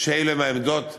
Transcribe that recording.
שאלה הן העמדות שלו.